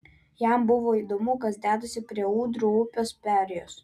jam buvo įdomu kas dedasi prie ūdrų upės perėjos